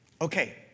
Okay